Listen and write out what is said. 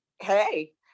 hey